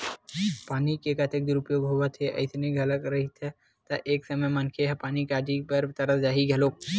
पानी के अतेक दुरूपयोग होवत हे अइसने हाल रइही त एक समे मनखे ह पानी काजी बर तरस जाही घलोक